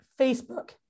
Facebook